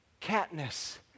Katniss